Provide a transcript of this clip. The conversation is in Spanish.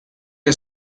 que